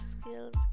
skills